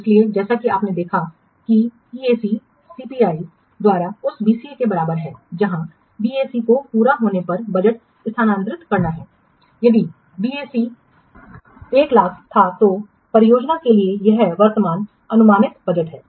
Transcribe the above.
इसलिए जैसा कि आपने देखा है कि ईएसी सीपीआई द्वारा उस बीएसी के बराबर है जहां बीएसी जो पूरा होने पर बजट स्थानांतरित करता है यदि बीएसी 100000 था तो परियोजना के लिए यह वर्तमान अनुमानित बजट है